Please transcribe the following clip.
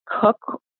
cook